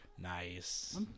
Nice